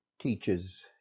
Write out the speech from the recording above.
teaches